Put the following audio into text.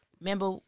Remember